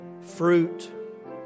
fruit